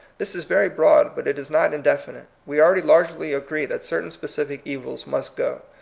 this is very broad, but it is not indefi nite. we already largely agree that certain specific evils must go.